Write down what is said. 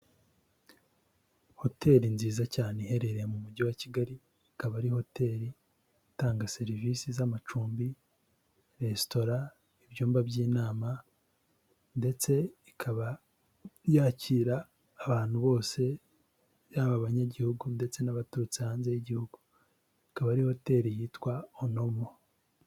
Hoteri nziza cyane iherereye mu mujyi wa Kigali, ikaba ari hoteri itanga serivisi z'amacumbi, resitora, ibyumba by'inama ndetse ikaba yakira abantu bose yaba abanyagihugu ndetse n'abaturutse hanze y'igihugu, akaba ari hoteri yitwa onomo.